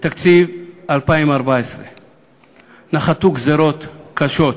ובתקציב 2014 נחתו גזירות קשות